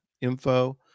info